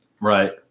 Right